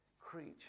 creature